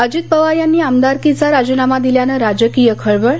अजीत पवार यांनी आमदारकीचा राजीनामा दिल्यानं राजकीय खळबळ